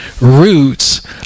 roots